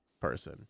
person